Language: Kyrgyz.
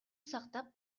сактап